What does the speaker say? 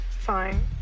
Fine